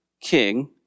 king